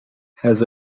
has